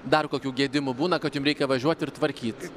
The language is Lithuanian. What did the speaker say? dar kokių gedimų būna kad jum reikia važiuot ir tvarkyt